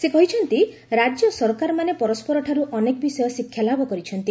ସେ କହିଛନ୍ତି ରାଜ୍ୟ ସରକାରମାନେ ପରସ୍କରଠାରୁ ଅନେକ ବିଷୟ ଶିକ୍ଷାଲାଭ କରିଛନ୍ତି